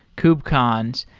kubecons,